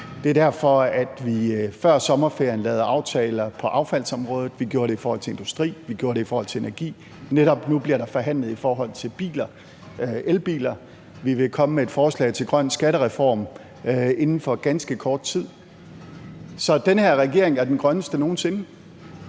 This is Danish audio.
Det er derfor, vi før sommerferien lavede aftaler på affaldsområdet. Vi gjorde det i forhold til industri, vi gjorde det i forhold til energi. Netop nu bliver der forhandlet om biler, elbiler. Vi vil komme med et forslag til grøn skattereform inden for ganske kort tid. Så den her regering er den grønneste nogen sinde,